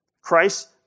Christ